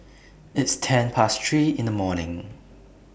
its ten Past three in The morning